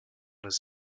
his